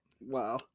Wow